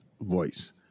voice